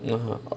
(uh huh) then